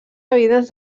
evidents